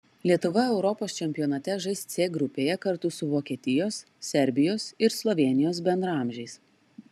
lietuva europos čempionate žais c grupėje kartu su vokietijos serbijos ir slovėnijos bendraamžiais